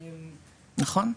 נכון.